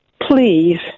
Please